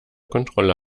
kontrolle